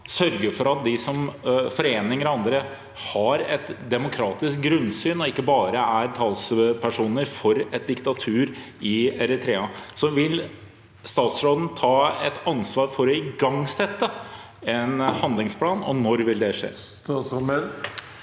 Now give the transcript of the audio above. sørge for at foreninger og andre har et demokratisk grunnsyn og ikke bare er talspersoner for et diktatur i Eritrea. Vil statsråden ta et ansvar for å igangsette arbeidet med en handlingsplan, og når vil det skje? Statsråd Emilie